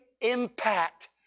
impact